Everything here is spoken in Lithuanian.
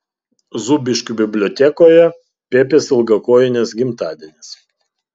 zūbiškių bibliotekoje pepės ilgakojinės gimtadienis